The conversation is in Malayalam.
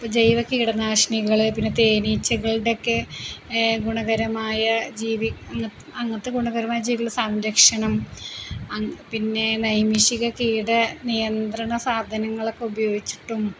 ജൈവ കീടനാശിനികള് പിന്നെ തേനീച്ചകളുടെയൊക്കെ ഗുണകരമായ ജീവി അങ്ങനത്തെ ഗുണപരമായ ജീവിയുടെ സംരക്ഷണം പിന്നെ നൈമിഷിക കീട നിയന്ത്രണ സാധനങ്ങളൊക്കെ ഉപയോഗിച്ചിട്ടും